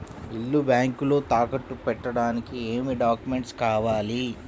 ఇల్లు బ్యాంకులో తాకట్టు పెట్టడానికి ఏమి డాక్యూమెంట్స్ కావాలి?